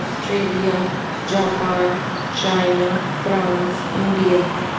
Australia Japan China France India